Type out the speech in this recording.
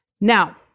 Now